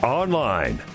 online